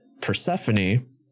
Persephone